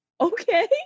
okay